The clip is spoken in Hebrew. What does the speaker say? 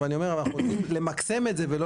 אבל אני אומר שאנחנו רוצים למקסם את זה כדי